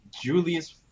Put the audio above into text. Julius